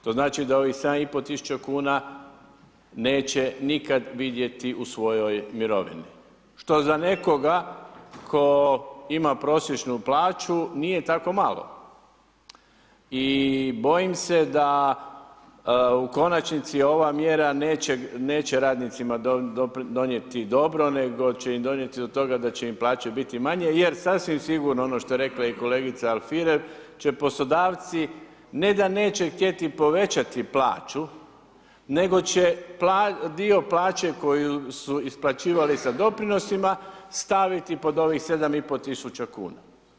To znači da ovih 7500 kuna neće nikad vidjeti u svojoj mirovini što za nekoga tko ima prosječnu plaću, nije tako malo i bojim se da u konačnici ova mjera neće radnicima donijeti dobro nego će im donijeti do toga da će im plaće biti manje jer sasvim sigurno, ono što je rekla i kolegica Alfirev će poslodavci, ne da neće htjeti povećati plaću nego će dio plaće koju su isplaćivali sa doprinosima, staviti pod ovih 7500 kuna.